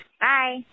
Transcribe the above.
Bye